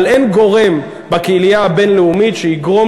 אבל אין גורם בקהילה הבין-לאומית שיגרום